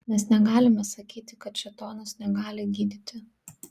mes negalime sakyti kad šėtonas negali gydyti